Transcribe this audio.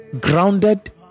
grounded